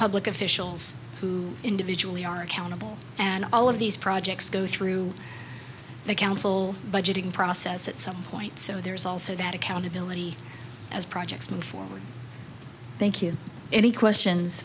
public officials who individually are accountable and all of these projects go through the council budgeting process at some point so there's also that accountability as projects move forward thank you any questions